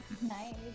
nice